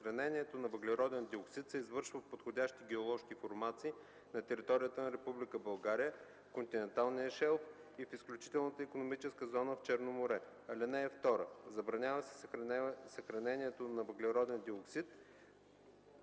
Съхранението на въглероден диоксид се извършва в подходящи геоложки формации на територията на Република България, в континенталния шелф и в изключителната икономическа зона в Черно море. (2) Забранява се съхранението на въглероден диоксид: